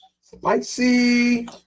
Spicy